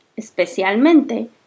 especialmente